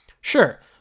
Sure